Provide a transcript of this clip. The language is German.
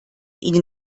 ihnen